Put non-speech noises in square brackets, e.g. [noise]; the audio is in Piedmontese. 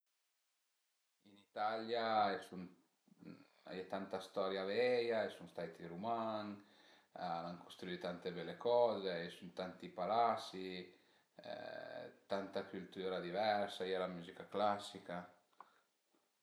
Ën Italia a i sun, a ie tanta storia veia, a i sun stait i Ruman, al an custruì tante bele coze, a i sun tanti palasi [hesitation] tanta cültüra diversa, a ie la müzica clasica